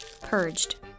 Purged